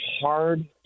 hard